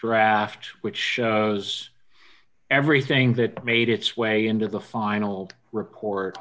draft which shows everything that made its way into the final repor